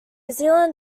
zealand